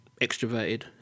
extroverted